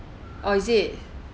oh is it